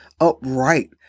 upright